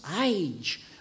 age